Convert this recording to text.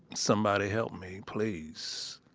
somebody help me, please.